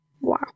Wow